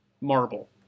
marble